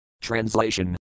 Translation